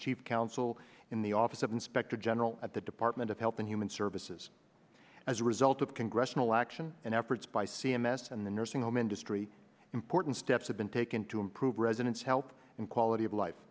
chief counsel in the office of inspector general at the department of health and human services as a result of congressional action and efforts by c m s and the nursing home industry important steps have been taken to improve residents help and quality of life